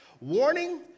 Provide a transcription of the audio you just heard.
Warning